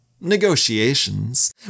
Negotiations